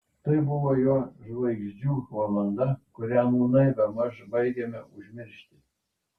tai buvo jo žvaigždžių valanda kurią nūnai bemaž baigiame užmiršti